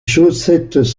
chaussettes